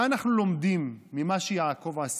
מה אנחנו לומדים ממה שיעקב עשה?